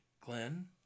Glenn